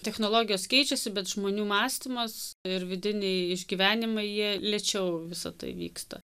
technologijos keičiasi bet žmonių mąstymas ir vidiniai išgyvenimai jie lėčiau visa tai vyksta